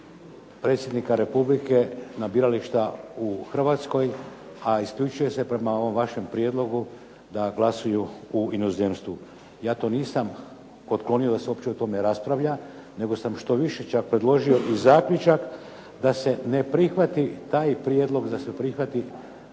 predsjednika Republike na birališta u Hrvatskoj a isključuje se prema ovom vašem prijedlogu da glasuju u inozemstvu. Ja to nisam otklonio da se uopće o tome raspravlja nego sam štoviše čak predložio i zaključak da se ne prihvati taj prijedlog, da se prihvati